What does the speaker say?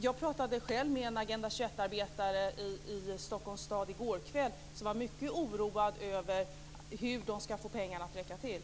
Jag talade själv med en Agenda 21-arbetare i Stockholms stad i går kväll, som var mycket oroad över hur man skulle få pengarna att räcka till.